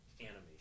animation